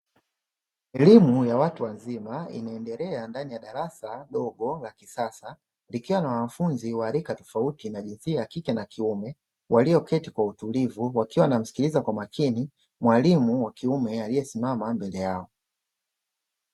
Elimu ya watu wazima inaendelea ndani ya darasa dogo la kisasa, likiwa na wanafunzi wa rika tofauti na jinsia ya kike na kiume, walioketi kwa utulivu wakiwa wanamsikiliza kwa makini mwalimu wa kiume aliyesimama mbele yao.